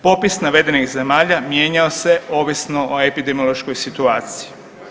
Popis navedenih zemalja mijenjao se ovisno o epidemiološkoj situaciji.